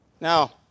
now